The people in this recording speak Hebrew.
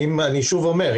אני שוב אומר,